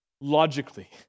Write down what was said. logically